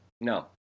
No